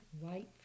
White